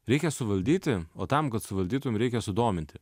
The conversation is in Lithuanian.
reikia suvaldyti o tam kad suvaldytum reikia sudominti